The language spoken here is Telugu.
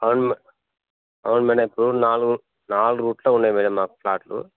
అవున్ మే అవున్ మేడం ఇప్పుడు నాల్గు నాల్గు రూట్లో ఉన్నాయి మేడం ఫ్లాట్లు